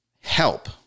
help